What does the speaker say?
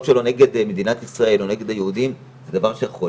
שלו נגד מדינת ישראל או נגד היהודים זה דבר שיכול